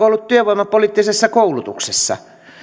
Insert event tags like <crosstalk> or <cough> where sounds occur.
<unintelligible> ollut työvoimapoliittisessa koulutuksessa